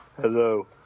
Hello